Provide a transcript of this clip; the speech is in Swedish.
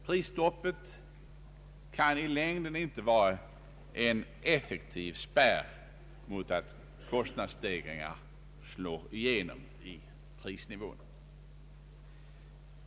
Prisstoppet är i längden icke en effektiv spärr mot att kostnadsstegringarna slår igenom i prisnivån.